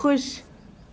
خوش